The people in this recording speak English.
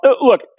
look